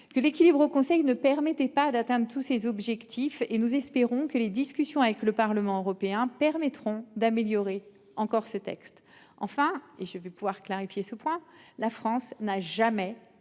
que l'équilibre au Conseil ne permettait pas d'atteindre tous ses objectifs et nous espérons que les discussions avec le Parlement européen permettront d'améliorer encore ce texte enfin et je vais pouvoir clarifier ce point, la France n'a jamais